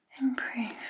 improve